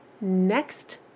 next